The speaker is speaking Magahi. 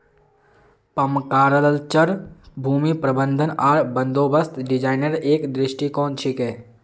पर्माकल्चर भूमि प्रबंधन आर बंदोबस्त डिजाइनेर एक दृष्टिकोण छिके